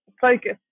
focus